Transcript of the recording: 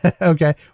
Okay